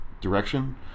direction